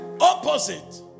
opposite